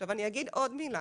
עכשיו אני אגיד עוד מילה.